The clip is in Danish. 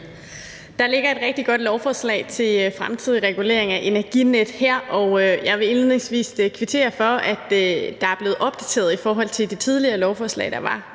Der ligger her et rigtig godt lovforslag til fremtidig regulering af Energinet, og jeg vil indledningsvis kvittere for, at det ud fra nogle bekymringer, der var